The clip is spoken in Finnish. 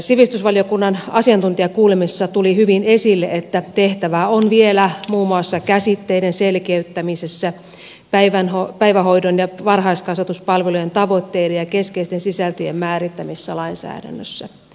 sivistysvaliokunnan asiantuntijakuulemisessa tuli hyvin esille että tehtävää on vielä muun muassa käsitteiden selkeyttämisessä päivähoidon ja varhaiskasvatuspalvelujen tavoitteiden ja keskeisten sisältöjen määrittämisessä lainsäädännössä